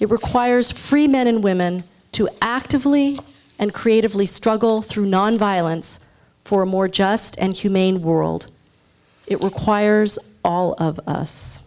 it requires free men and women to actively and creatively struggle through nonviolence for a more just and humane world it requires all of us